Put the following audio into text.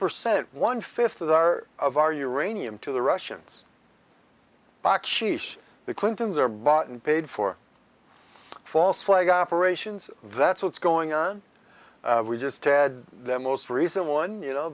percent one fifth of our of our uranium to the russians block sheesh the clintons are bought and paid for false flag operations that's what's going on we just had them most recent one you know